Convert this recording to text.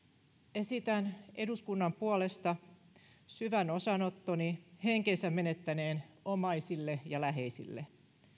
esitän eduskunnan puolesta syvän osanottoni henkensä menettäneen omaisille ja läheisille